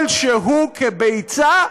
כל שהוא כביצה,